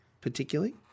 particularly